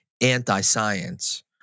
anti-science